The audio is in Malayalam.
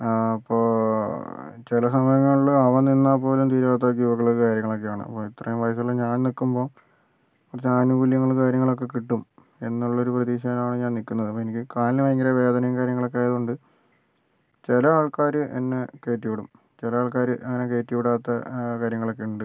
ആ അപ്പോൾ ചില സമയങ്ങളിൽ അവൻ നിന്നാൽപ്പോലും തീരാത്ത ക്യൂകളും കാര്യങ്ങളൊക്കേയാണ് അപ്പം ഇത്രയും വയസ്സുള്ള ഞാൻ നിൽക്കുമ്പോൾ കുറച്ച് ആനുകൂല്യങ്ങൾ കാര്യങ്ങളൊക്കെ കിട്ടും എന്നുള്ളൊരു പ്രതീക്ഷയിലാണ് ഞാൻ നിൽക്കുന്നത് അപ്പം എനിക്ക് കാലിന് ഭയങ്കര വേദനയും കാര്യങ്ങളൊക്കെ ആയത് കൊണ്ട് ചില ആൾക്കാർ എന്നെ കയറ്റിവിടും ചില ആൾക്കാർ എന്നെ കയറ്റി വിടാത്ത കാര്യങ്ങളൊക്കെയുണ്ട്